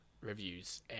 reviews